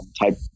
Type